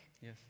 Yes